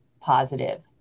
positive